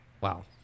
wow